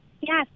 Yes